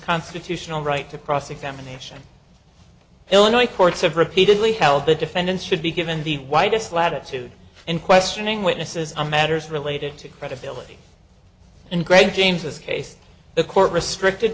constitutional right to cross examination illinois courts have repeatedly held the defendant should be given the widest latitude in questioning witnesses on matters related to credibility in greg james this case the court restricted